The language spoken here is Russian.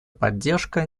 поддержка